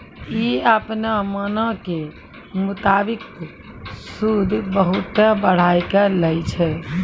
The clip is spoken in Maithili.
इ अपनो मनो के मुताबिक सूद बहुते बढ़ाय के लै छै